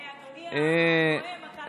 אדוני הנואם, אתה עדיין לא היושב-ראש.